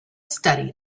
study